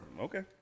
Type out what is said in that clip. Okay